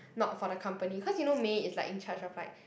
not for the company cause you know May is like in charge of like